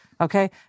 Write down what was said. Okay